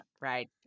right